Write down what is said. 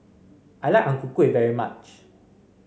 I like Ang Ku Kueh very much